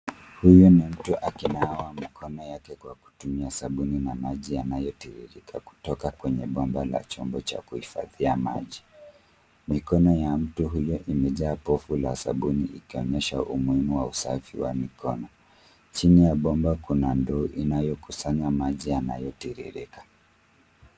Huyu ni mtu akinawa mikono yake kwa kutumia sabuni na maji yanayotiririka kutoka kwenye bomba la chombo cha kuhifadhia maji. Mikono ya mtu huyo imejaa povu la sabuni, ikionyesha umuhimu wa usafi wa mikono. Chini ya bomba kuna ndoo inayokusanya maji yanayotiririka.